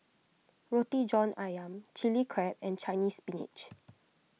Roti John Ayam Chili Crab and Chinese Spinach